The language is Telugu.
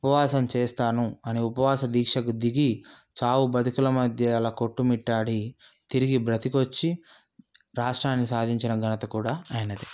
ఉపవాసం చేస్తాను అని ఉపవాస దీక్షకు దిగి చావు బ్రతుకుల మధ్య అలా కొట్టుమిట్టాడి తిరిగి బ్రతికొచ్చి రాష్ట్రాన్ని సాధించిన ఘనత కూడ ఆయనదే